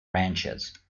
ranches